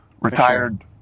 retired